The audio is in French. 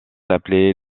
appelés